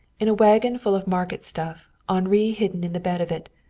in a wagon full of market stuff, henri hidden in the bed of it,